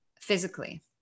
physically